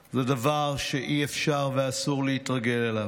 זה דבר שאי-אפשר ואסור להתרגל אליו.